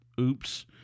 Oops